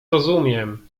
rozumiem